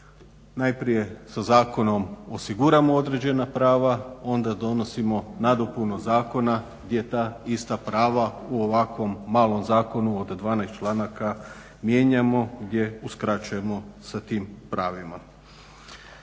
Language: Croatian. najprije sa zakonom osiguramo određena prava, onda donosimo nadopunu zakona gdje ta ista prava u ovakvom malom zakonu od 12 članaka gdje uskraćujemo sa tim pravima.